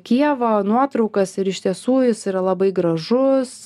kijevo nuotraukas ir iš tiesų jis yra labai gražus